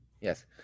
Yes